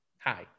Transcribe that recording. hi